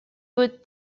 boot